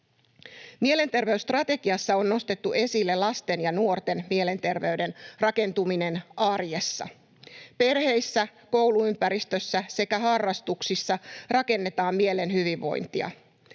Mielenterveysstrategiassa on nostettu esille lasten ja nuorten mielenterveyden rakentuminen arjessa. Perheissä, kouluympäristössä sekä harrastuksissa rakennetaan mielen hyvinvointia.